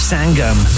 Sangam